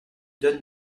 donne